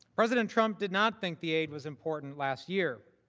president trump did not think the aide was important last year